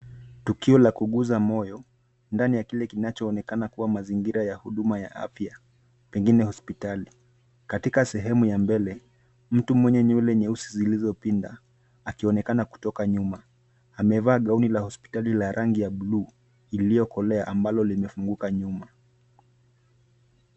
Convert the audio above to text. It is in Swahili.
Tukio la kuguza moyo ndani ya kile kinachoonekana kuwa mazingira ya huduma ya afya, pengine hospitali. Katika sehemu ya mbele, mtu mwenye nywele nyeusi zilizopinda akionekana kutoka nyuma amevaa gauni la hospitali la rangi ya bluu iliyokolea ambalo limefunguka nyuma.